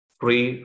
free